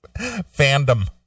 Fandom